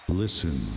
listen